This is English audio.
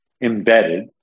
embedded